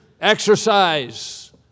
exercise